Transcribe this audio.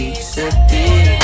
accepted